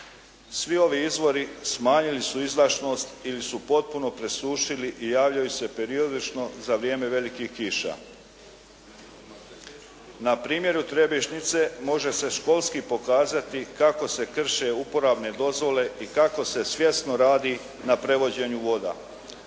Svi ovi izvori smanjili su izdašnost ili su potpuno presušili i javljaju se periodično za vrijeme velikih kiša. Na primjeru Trebišnjice može se školski pokazati kako se krše uporabne dozvole i kako se svjesno radi na prevođenju voda.